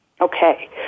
Okay